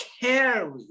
carry